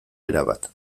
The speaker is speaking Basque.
erabat